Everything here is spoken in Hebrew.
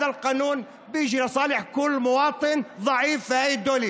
החוק הזה בא לטובת כל תושב חלש במדינה הזו.